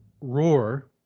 Roar